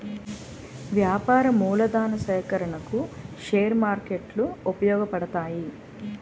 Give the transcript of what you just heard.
వ్యాపార మూలధన సేకరణకు షేర్ మార్కెట్లు ఉపయోగపడతాయి